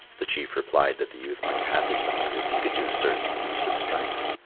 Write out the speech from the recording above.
the chief replied that the youth might have his daughter if he could do certain feats of strength.